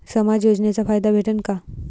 समाज योजनेचा फायदा भेटन का?